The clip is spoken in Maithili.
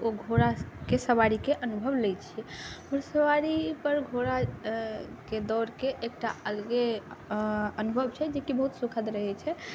ओ घोड़ाके सवारीके अनुभव लै छिए घोड़सवारीपर घोड़ाके दौड़के एकटा अलगे अनुभव छै जेकि बहुत सुखद रहै छै